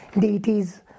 deities